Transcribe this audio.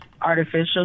artificial